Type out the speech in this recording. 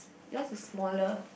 yours is smaller